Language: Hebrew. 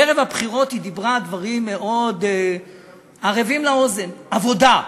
ערב הבחירות היא דיברה דברים מאוד ערבים לאוזן: עבודה.